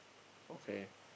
not fair